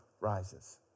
rises